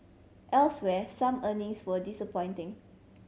elsewhere some earnings were disappointing